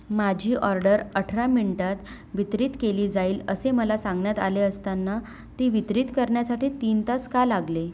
माझी ऑर्डर अठरा मिनटांत वितरित केली जाईल असे मला सांगण्यात आले असताना ती वितरित करण्यासाठी तीन तास का लागले